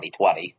2020